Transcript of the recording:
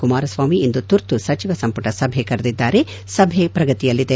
ಕುಮಾರಸ್ವಾಮಿ ಇಂದು ತುರ್ತು ಸಚಿವ ಸಂಪುಟ ಸಭೆ ಕರೆದಿದ್ದಾರೆ ಸಭೆ ಪ್ರಗತಿಯಲ್ಲಿದೆ